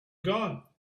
gone